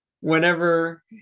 whenever